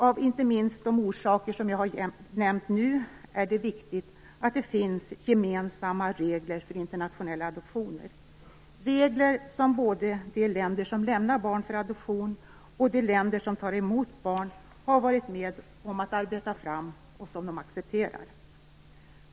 Av inte minst de orsaker som jag har nämnt nu, är det viktigt att det finns gemensamma regler för internationella adoptioner. Det skall vara regler som både de länder som lämnar barn för adoption och de länder som tar emot barn har varit med om att arbeta fram och som de accepterar.